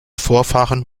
vorfahren